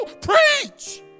preach